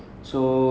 mm